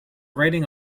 writing